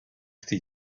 ydy